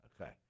Okay